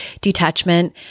detachment